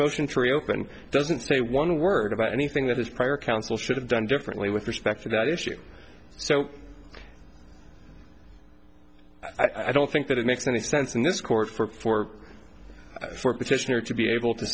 motion to reopen it doesn't say one word about anything that is prior counsel should have done differently with respect to that issue so i don't think that it makes any sense in this court for four or petitioner to be able to